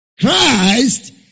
Christ